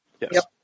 Yes